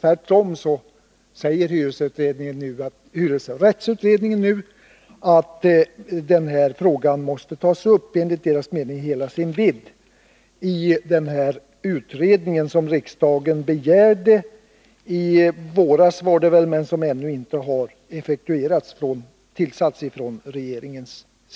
Tvärtom säger hyresrättsutredningen nu att den här frågan måste tas upp i hela sin vidd i den utredning som riksdagen begärde i våras men som ännu inte har tillsatts av regeringen.